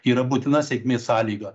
yra būtina sėkmės sąlyga